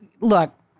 look